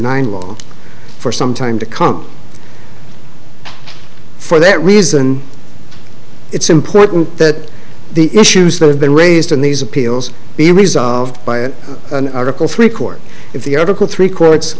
nine law for some time to come for that reason it's important that the issues that have been raised in these appeals be resolved by it an article three court if the article three